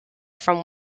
from